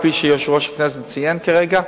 כפי שיושב-ראש הכנסת ציין כרגע.